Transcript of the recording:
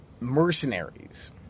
mercenaries